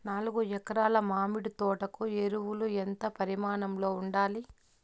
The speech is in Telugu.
నాలుగు ఎకరా ల మామిడి తోట కు ఎరువులు ఎంత పరిమాణం లో ఉండాలి?